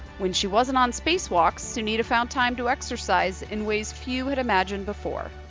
when she wasn't on spacewalks sunita found time to exercise in ways few had imagined before.